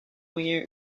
way